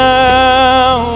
now